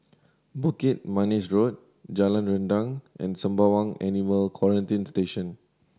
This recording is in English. Bukit Manis Road Jalan Rendang and Sembawang Animal Quarantine Station